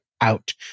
out